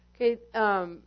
Okay